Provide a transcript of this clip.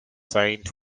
sainte